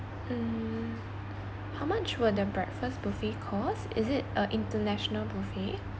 mm how much will the breakfast buffet cost is it a international buffet